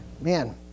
man